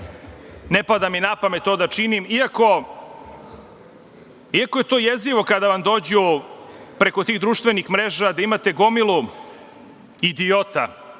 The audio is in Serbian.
Ne pada mi na pamet to da činim, iako je to jezivo kada vam dođu preko tih društvenih mreža, gde imate gomilu idiota,